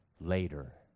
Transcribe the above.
later